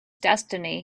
destiny